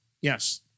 Yes